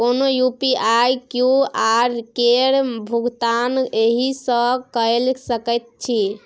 कोनो UPI QR केर भुगतान एहिसँ कए सकैत छी